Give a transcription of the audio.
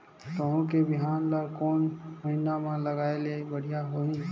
गहूं के बिहान ल कोने महीना म लगाय ले बढ़िया होही?